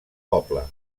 poble